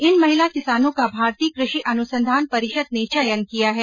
इन महिला किसानों का भारतीय कृषि अनुसंधान परिषद ने चयन किया है